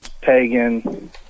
pagan